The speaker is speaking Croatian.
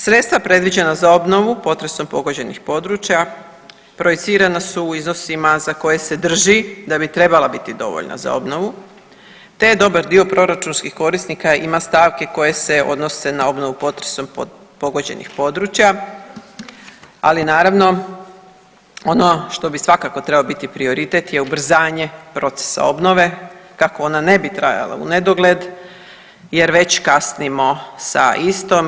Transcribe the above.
Sredstva predviđena za obnovu potresom pogođenih područja projicirana su u iznosima za koje se drži da bi trebala biti dovoljna za obnovu te je dobar dio proračunskih korisnika ima stavke koje se odnose na obnovu potresom pogođenih područja, ali naravno ono što bi svakako trebao biti prioritet je ubrzanje procesa obnove kako ona ne bi trajala u nedogled jer već kasnimo sa istom.